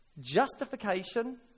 justification